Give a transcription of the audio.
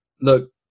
look